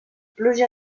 pluja